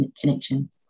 connection